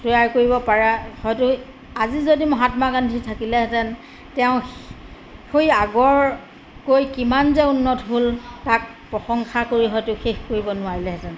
তৈয়াৰ কৰিব পাৰে হয়টো আজি যদি মহাত্মা গান্ধী থাকিলেহেঁতেন তেওঁ সেই আগতকৈ কিমান যে উন্নত হ'ল তাক প্ৰশংসা কৰি হয়টো শেষ কৰিব নোৱাৰিলেহেঁতেন